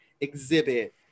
exhibit